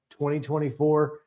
2024